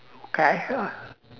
okay uh